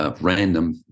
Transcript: Random